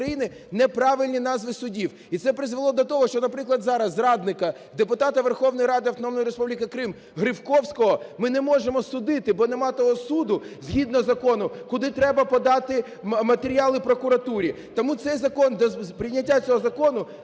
неправильні назви судів. І це призвело до того, що, наприклад, зараз зрадника-депутата Верховної Ради Автономної Республіки Крим Гривковського ми не можемо судити, бо нема того суду згідно закону, куди треба подати матеріали прокуратурі. Тому цей закон, прийняття цього закону